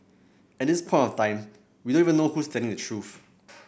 at this point of time we don't even know who's telling the truth